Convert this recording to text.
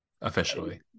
officially